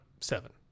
seven